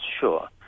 sure